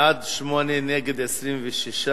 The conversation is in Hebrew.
בעד, 8, נגד, 26,